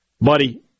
buddy